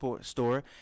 store